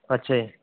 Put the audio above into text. ਅੱਛਾ ਜੀ